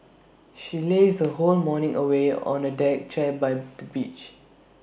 she lazed her whole morning away on A deck chair by the beach